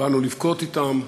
באנו לבכות אתם.